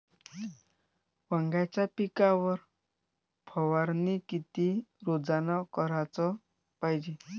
वांग्याच्या पिकावर फवारनी किती रोजानं कराच पायजे?